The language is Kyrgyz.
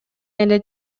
эле